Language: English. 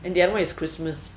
and the other one is christmas